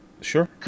Sure